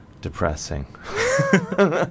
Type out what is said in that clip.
depressing